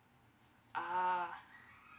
ah